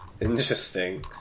Interesting